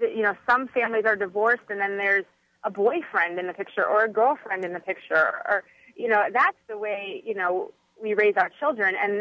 you know some families are divorced and then there's a boyfriend in the picture or girlfriend in the picture you know that's the way you know we raise our children and